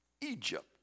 Egypt